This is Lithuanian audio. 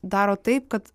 daro taip kad